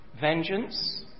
vengeance